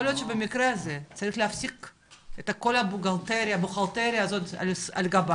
יכול להיות שבמקרה הזה צריך להפסיק את כל החלטורה הזו על גבם